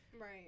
right